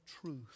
truth